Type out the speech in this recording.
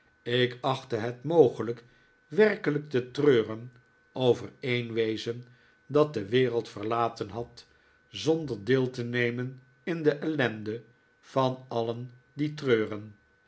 ik achtte het mogelijk werkelijk te treuren over een wezen dat de wereld verlaten had zonder deel te nemen in de ellende van alien die treuren